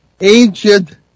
Ancient